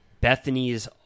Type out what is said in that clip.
Bethany's